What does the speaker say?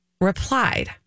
replied